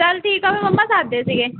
ਚੱਲ ਠੀਕ ਆ ਫਿਰ ਮੰਮਾ ਸੱਦ ਦੇ ਸੀਗੇ